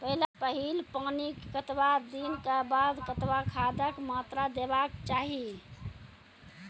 पहिल पानिक कतबा दिनऽक बाद कतबा खादक मात्रा देबाक चाही?